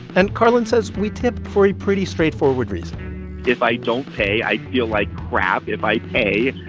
and karlan says we tip for a pretty straightforward reason if i don't pay, i feel like crap. if i pay,